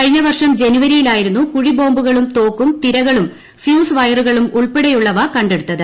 കഴിഞ്ഞവർഷം ജനുവരിയിലായിരുന്നു കുഴിബോംബുകളും തോക്കും തിരകളും ഫ്യൂസ് വയറുകളും ഉൾപ്പെടെയുള്ളവ കണ്ടെടുത്തത്